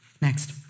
Next